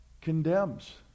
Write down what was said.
Condemns